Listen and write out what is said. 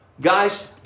Guys